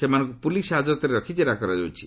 ସେମାନଙ୍କୁ ପୁଲିସ୍ ହାଜତରେ ରଖି ଜେରା କରାଯାଉଛି